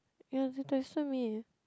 ya he texted me